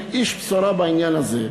אני אשמח אם תהיי אשת בשורה בעניין הזה,